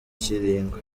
kiringo